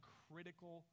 critical